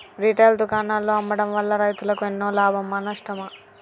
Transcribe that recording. Retail దుకాణాల్లో అమ్మడం వల్ల రైతులకు ఎన్నో లాభమా నష్టమా?